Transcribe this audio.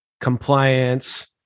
compliance